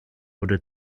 wurde